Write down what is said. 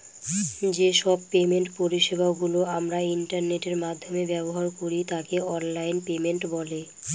যে সব পেমেন্ট পরিষেবা গুলো আমরা ইন্টারনেটের মাধ্যমে ব্যবহার করি তাকে অনলাইন পেমেন্ট বলে